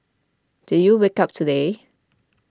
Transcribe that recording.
did you wake up today